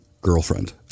girlfriend